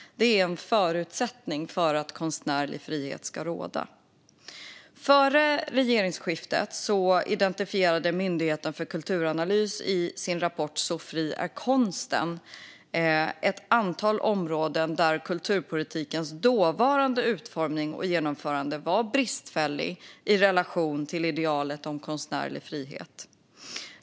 Detta är en förutsättning för att konstnärlig frihet ska råda. Före regeringsskiftet identifierade Myndigheten för Kulturanalys i rapporten Så fri är konsten , 2021, ett antal områden där kulturpolitikens dåvarande utformning och genomförande var bristfälliga i relation till idealet om konstnärlig frihet.